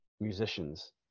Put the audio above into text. musicians